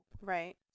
Right